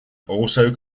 also